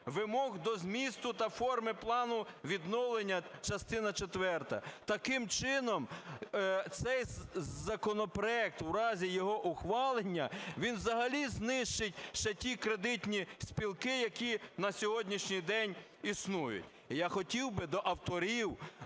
Вимог до змісту та форми плану відновлення (частина четверта). Таким чином, цей законопроект в разі його ухвалення взагалі знищить ще ті кредитні спілки, які на сьогоднішній день існують. І я хотів би до авторів,